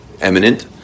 eminent